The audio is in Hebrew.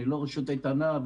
אני לא רשות איתנה,